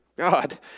God